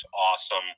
awesome